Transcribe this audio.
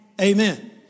Amen